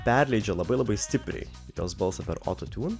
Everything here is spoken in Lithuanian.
perleidžia labai labai stipriai jos balsą per autotune